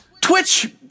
Twitch